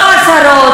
לא לשרים